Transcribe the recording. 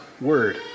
word